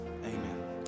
Amen